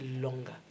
longer